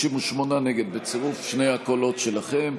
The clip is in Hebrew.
58 נגד, בצירוף שני הקולות שלכם.